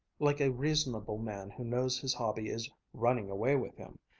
like a reasonable man who knows his hobby is running away with him,